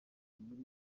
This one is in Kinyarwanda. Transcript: muri